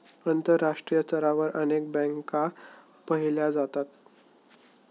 आंतरराष्ट्रीय स्तरावर अनेक बँका पाहिल्या जातात